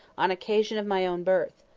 on occasion of my own birth.